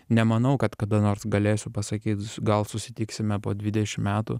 nemanau kad kada nors galėsiu pasakyc gal susitiksime po dvidešim metų